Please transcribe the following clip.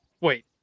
Wait